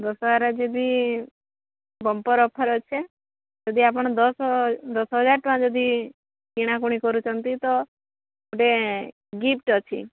ଦଶହରା ଯଦି bumper offer ଅଛେ ଯଦି ଆପଣ ଦଶ ଦଶ ହଜାର ଟଙ୍କା ଯଦି କିଣାକିଣି କରୁଛନ୍ତି ତ ଗୋଟେ ଗିଫ୍ଟ୍ ଅଛି